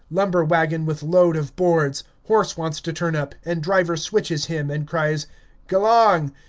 lumber-wagon with load of boards horse wants to turn up, and driver switches him and cries g'lang,